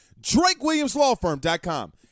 drakewilliamslawfirm.com